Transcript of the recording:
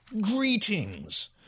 Greetings